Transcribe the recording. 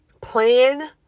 plan